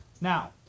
Now